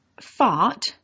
fart